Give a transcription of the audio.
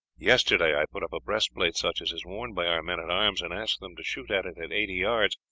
yesterday i put up a breastplate such as is worn by our men-at-arms and asked them to shoot at it at eighty yards.